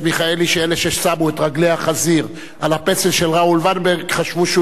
שאלה ששמו את רגלי החזיר על הפסל של ראול ולנברג חשבו שהוא יהודי.